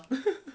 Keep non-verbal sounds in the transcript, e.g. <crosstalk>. <laughs>